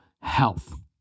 health